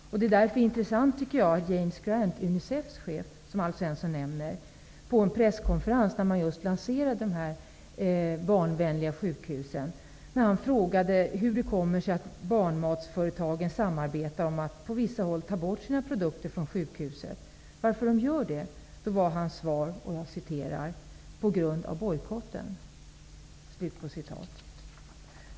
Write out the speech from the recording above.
Därför är det intressant att Unicefs chef James Grant, som Alf Svensson nämner, på en presskonferens, där man lanserade dessa barnvänliga sjukhus, frågade hur det kommer sig att barnmatsföretagen samarbetar om att på vissa håll ta bort sina produkter från sjukhusen. Svaret var att det skedde på grund av bojkotten.